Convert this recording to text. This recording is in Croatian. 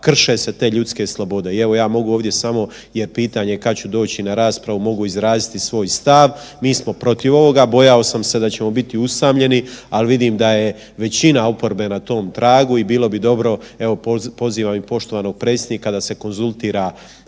krše se te ljudske slobode. I evo ja mogu ovdje samo jer pitanje kad ću doći na raspravu, mogu izraziti svoj stav, mi smo protiv ovoga, bojao sam se da ćemo biti usamljeni, ali vidim da je većina oporbe na tom tragu i bilo bi dobro, evo pozivam i poštovanog predsjednika da se konzultira